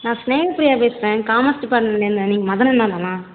நான் சிநேகப்பிரியா பேசுகிறேன் காமஸ் டிப்பார்ட்மெண்ட்லேருந்து நீங்கள் மதன் அண்ணா தானா